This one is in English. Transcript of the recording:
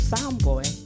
Soundboy